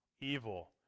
evil